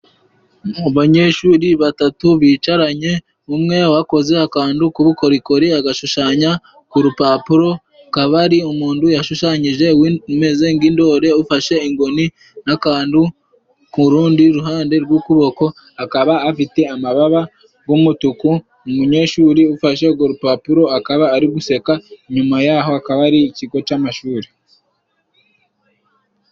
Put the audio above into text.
Mu banyeshuri batatu bicaranye umwe wakoze akantu kubukorikori agashushanya ku rupapuro kaba ari umuntu yashushanyije umeze nk'indori ufashe ingoni n'akantu ku rundi ruhande rw'ukuboko akaba afite amababa g'umutuku umunyeshuri ufashe ugo rupapuro akaba ari guseka nyuma yaho akaba ari ikigo c'amashuri.